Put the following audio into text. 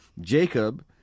Jacob